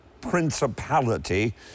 principality